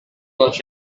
got